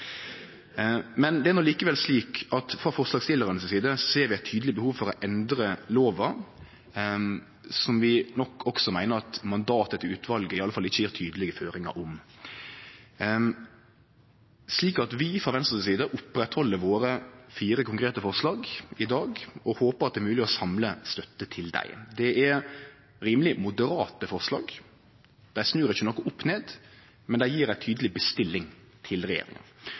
men det er likevel slik at vi, frå forslagsstillarane si side, ser eit tydeleg behov for å endre lova, noko som vi også meiner at mandatet til utvalet ikkje gjev tydelege føringar om. Vi frå Venstres side opprettheld våre fire konkrete forslag i dag og håpar at det er mogleg å samle støtte til dei. Det er rimeleg moderate forslag – dei snur ikkje noko opp ned – men dei gjev ei tydeleg bestilling til regjeringa